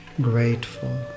grateful